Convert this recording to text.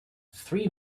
three